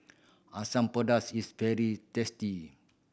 Asam Pedas is very tasty